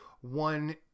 One